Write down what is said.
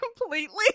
completely